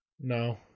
No